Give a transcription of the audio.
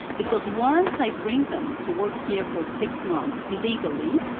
because once i bring them to work here for six months, legally,